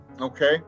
Okay